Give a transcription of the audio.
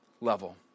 level